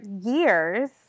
years